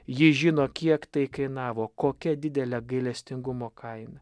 ji žino kiek tai kainavo kokia didelė gailestingumo kaina